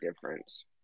difference